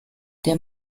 der